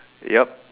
yup